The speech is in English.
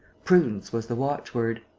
prudence was the watchword.